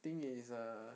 think it's err